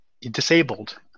disabled